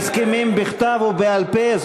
הסכמים בכתב ובעל-פה,